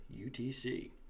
UTC